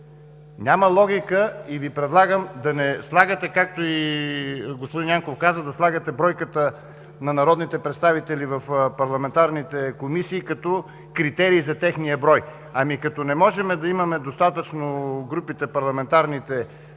Няма логика и Ви предлагам да не слагате, както и господин Янков каза, бройката на народните представители в парламентарните комисии като критерий за техния брой. Като не можем да имаме достатъчно парламентарни